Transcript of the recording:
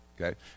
Okay